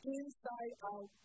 inside-out